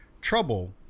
trouble